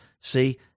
see